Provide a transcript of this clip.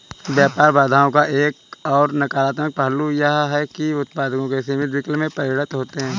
व्यापार बाधाओं का एक और नकारात्मक पहलू यह है कि वे उत्पादों के सीमित विकल्प में परिणत होते है